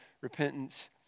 repentance